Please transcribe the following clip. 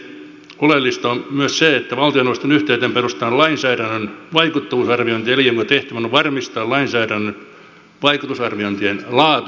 oleellista on myös se että valtioneuvoston yhteyteen perustetaan lainsäädännön vaikuttavuusarviointielin jonka tehtävänä on varmistaa lainsäädännön vaikutusarviointien laatu ja lainsäädännön laatu yleensäkin